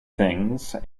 things